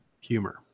humor